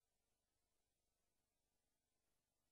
יודעים